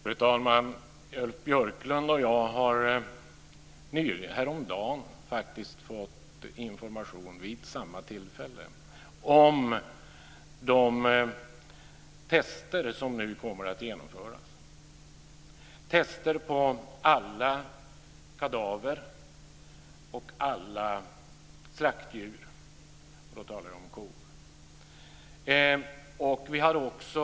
Fru talman! Ulf Björklund och jag har häromdagen faktiskt fått information vid samma tillfälle om de test som nu kommer att genomföras, test på alla kadaver och alla slaktdjur. Och då talar jag om kor.